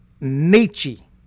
Nietzsche